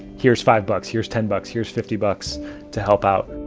here's five bucks. here's ten bucks. here's fifty bucks to help out.